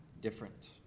different